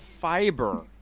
fiber